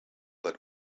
that